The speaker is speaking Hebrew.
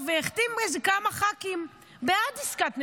והחתים איזה כמה ח"כים בעד עסקת נתניהו?